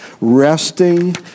resting